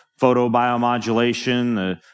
photobiomodulation